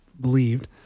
believed